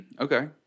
Okay